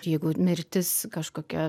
jeigu mirtis kažkokia